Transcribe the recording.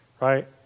right